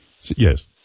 Yes